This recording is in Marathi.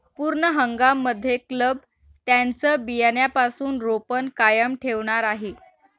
पूर्ण हंगाम मध्ये क्लब त्यांचं बियाण्यापासून रोपण कायम ठेवणार आहे